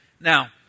now